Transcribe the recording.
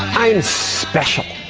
i'm special,